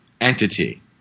entity